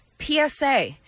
PSA